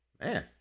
man